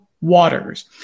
waters